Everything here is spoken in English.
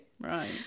Right